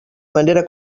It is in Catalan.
manera